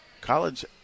college